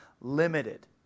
limited